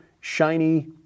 shiny